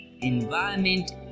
environment